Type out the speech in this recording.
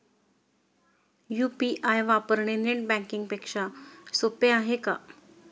UPI वापरणे net banking पेक्षा सोपे आहे का?